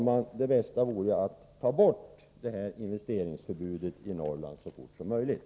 Men det bästa vore naturligtvis att ta bort detta förbud i Norrland så fort som möjligt.